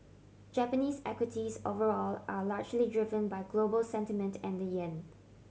Japanese equities overall are largely driven by global sentiment and the yen